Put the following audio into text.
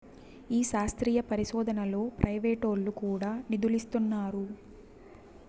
ఈ శాస్త్రీయ పరిశోదనలో ప్రైవేటోల్లు కూడా నిదులిస్తున్నారు